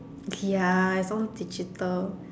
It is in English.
okay ya I saw digital